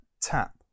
tap